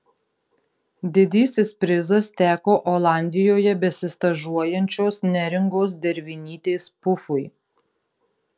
didysis prizas teko olandijoje besistažuojančios neringos dervinytės pufui